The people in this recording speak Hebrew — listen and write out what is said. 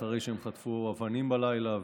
אחרי שהם חטפו אבנים בלילה ונפצעו.